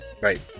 right